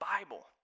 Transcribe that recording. Bible